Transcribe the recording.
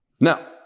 Now